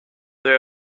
they